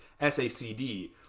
SACD